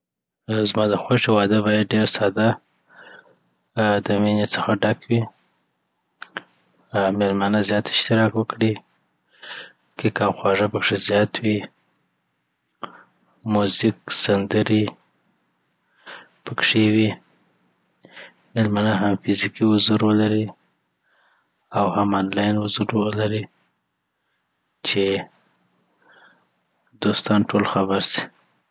زما دخوښې واده باید ډیر ساده آ دمينې څخه ډک وی آ میلمانه زیات اشتراک وکړي کیک اوخواږه پکښي زیات وي موزیک سندرې پکښي وي میلمانه هم فزيکي حضور ولري او هم انلاین میلمانه ولری چی دوستان ټول خبر سی